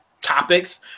topics